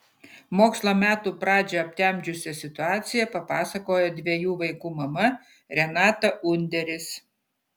mokslo metų pradžią aptemdžiusią situaciją papasakojo dviejų vaikų mama renata underis